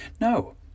No